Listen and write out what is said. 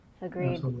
Agreed